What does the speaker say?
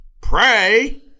pray